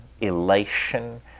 elation